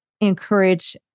encourage